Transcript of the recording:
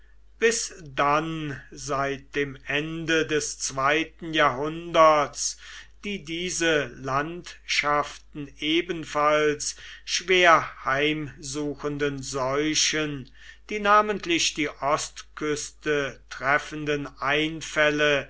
bis dann seit dem ende des zweiten jahrhunderts die diese landschaften ebenfalls schwer heimsuchenden seuchen die namentlich die ostküste treffenden einfälle